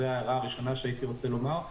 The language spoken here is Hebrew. זאת הערה ראשונה שהייתי רוצה לומר.